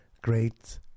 great